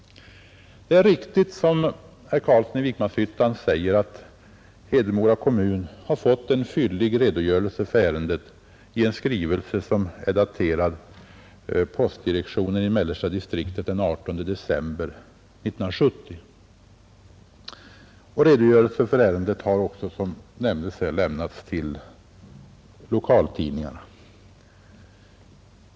Det är riktigt, som herr Carlsson säger, att Hedemora kommun har fått en fyllig redogörelse för ärendet i en skrivelse från postdirektionen i mellersta distriktet, daterad den 18 december 1970. Redogörelse för ärendet har också, som nämndes här, lämnats till lokaltidningarna.